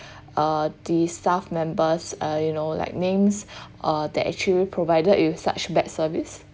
uh the staff members uh you know like names uh that actually provided you such bad service